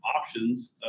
options